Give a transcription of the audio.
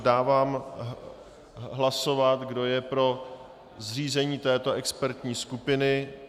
Dávám hlasovat, kdo je pro zřízení této expertní skupiny.